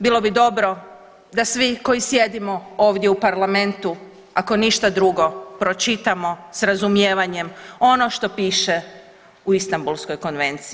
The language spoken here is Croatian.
Bilo bi dobro da svi koji sjedimo ovdje u parlamentu ako ništa drugo pročitamo s razumijevanjem ono što piše u Istambulskoj konvenciji.